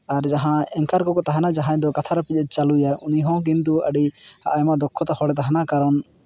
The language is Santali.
ᱟᱨ ᱡᱟᱦᱟᱸᱭ ᱮᱝᱠᱟᱨ ᱠᱚᱠᱚ ᱛᱟᱦᱮᱱᱟ ᱡᱟᱦᱟᱸᱭ ᱫᱚ ᱠᱟᱛᱷᱟ ᱨᱮᱯᱮᱡ ᱮ ᱪᱟᱹᱞᱩᱭᱟ ᱩᱱᱤ ᱦᱚᱸ ᱠᱤᱱᱛᱩ ᱟᱹᱰᱤ ᱟᱭᱢᱟ ᱫᱚᱠᱠᱷᱚᱛᱟ ᱦᱚᱲᱮ ᱛᱟᱦᱮᱱᱟ ᱠᱟᱨᱚᱱ